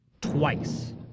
twice